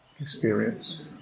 experience